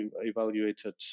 evaluated